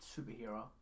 superhero